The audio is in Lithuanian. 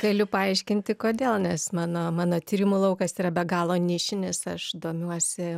galiu paaiškinti kodėl nes mano mano tyrimų laukas yra be galo nišinis aš domiuosi